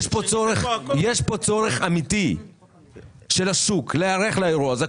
יש פה צורך אמיתי של השוק להיערך לאירוע הזה,